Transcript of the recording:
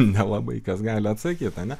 nelabai kas gali atsakyt ar ne